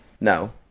no